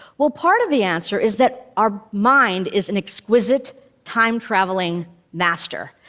well, part of the answer is that our mind is an exquisite time-traveling master.